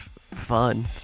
fun